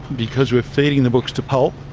because we're feeding the books to pulp,